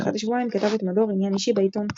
ואחת לשבועיים כתב את מדור "עניין אישי" בעיתון.